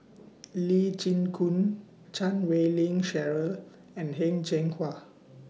Lee Chin Koon Chan Wei Ling Cheryl and Heng Cheng Hwa